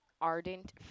ardent